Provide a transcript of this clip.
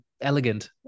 elegant